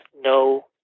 no